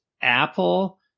Apple